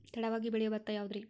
ತಡವಾಗಿ ಬೆಳಿಯೊ ಭತ್ತ ಯಾವುದ್ರೇ?